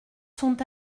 sont